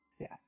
yes